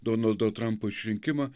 donaldo trumpo išrinkimą